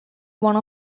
one